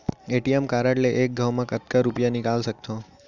ATM card ले एक घव म कतका रुपिया निकाल सकथव?